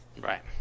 right